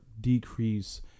Decrease